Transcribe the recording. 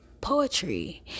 poetry